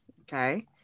Okay